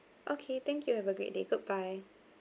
okay thank you have a great day goodbye